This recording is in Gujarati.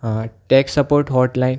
હા ટેક્સ સપોર્ટ હોટલાઈન